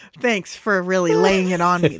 thanks for really laying it on me